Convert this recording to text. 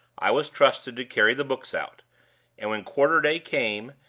i was trusted to carry the books out and when quarter-day came,